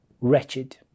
wretched